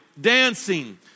Dancing